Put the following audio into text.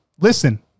listen